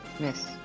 Miss